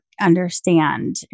understand